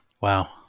Wow